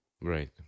right